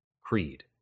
Creed